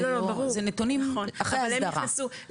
זה נתונים אחרי ההסדרה,